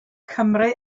cymru